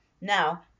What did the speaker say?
Now